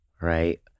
right